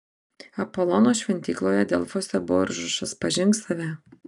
apolono šventykloje delfuose buvo ir užrašas pažink save